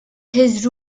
his